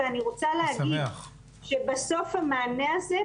אני רוצה להגיד שבסוף המענה הזה,